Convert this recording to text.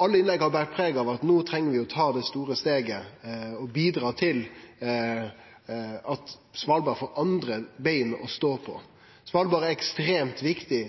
Alle innlegg har bore preg av at no treng me å ta det store steget og bidra til at Svalbard får andre bein å stå på. Svalbard er ekstremt viktig